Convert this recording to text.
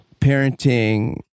parenting